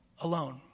alone